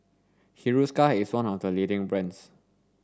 Hiruscar is one of the leading brands